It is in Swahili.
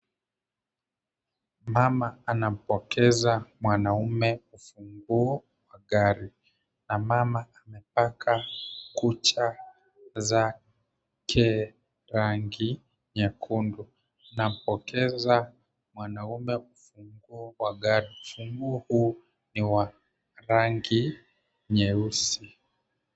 Mama anampokeza mwanaume ufunguo wa gari. Mama amepaka kucha zake rangi nyekundu, anampokeza mwanamume ufunguo wa gari, ufunguo huu ni wa rangi nyeusi.